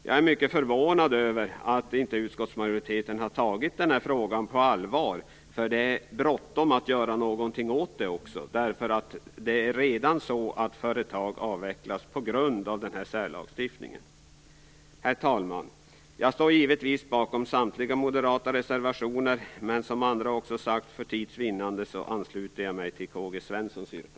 Jag är mycket förvånad över att utskottsmajoriteten inte har tagit den här frågan på allvar. Det är bråttom att göra något. Företag avvecklas nämligen redan på grund av den här särlagstiftningen. Herr talman! Jag står givetvis bakom samtliga moderata reservationer. Men, som andra också sagt, för tids vinnande ansluter jag mig till Karl-Gösta